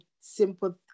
simple